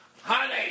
Honey